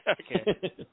Okay